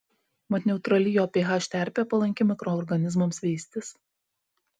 mat neutrali jo ph terpė palanki mikroorganizmams veistis